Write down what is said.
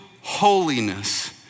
holiness